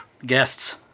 guests